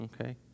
Okay